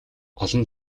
олон